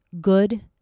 good